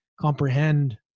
comprehend